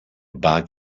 bug